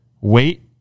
Wait